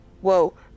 whoa